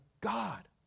God